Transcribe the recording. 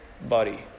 body